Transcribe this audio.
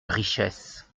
richesse